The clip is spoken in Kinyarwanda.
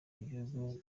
bihugu